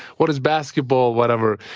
what is basketball? whatever.